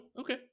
okay